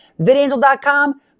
VidAngel.com